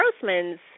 Grossman's